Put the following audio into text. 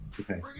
okay